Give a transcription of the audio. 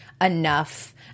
enough